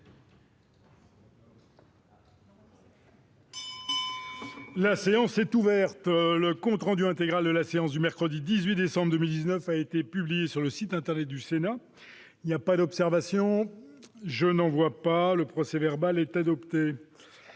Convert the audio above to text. La séance est ouverte. Le compte rendu intégral de la séance du mercredi 18 décembre 2019 a été publié sur le site internet du Sénat. Il n'y a pas d'observation ?... Le procès-verbal est adopté.